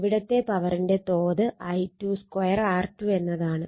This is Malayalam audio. ഇവിടുത്തെ പവറിന്റെ തോത് I22 R2 എന്നതാണ്